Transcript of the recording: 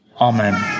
Amen